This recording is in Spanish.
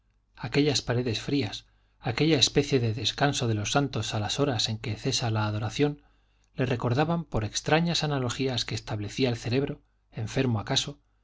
aquellas paredes frías aquella especie de descanso de los santos a las horas en que cesa la adoración le recordaban por extrañas analogías que establecía el cerebro enfermo acaso